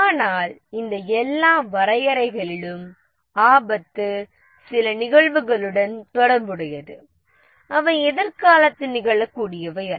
ஆனால் இந்த எல்லா வரையறைகளிலும் ஆபத்து சில நிகழ்வுகளுடன் தொடர்புடையது அவை எதிர்காலத்தில் நிகழக்கூடியவை அல்ல